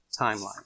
timeline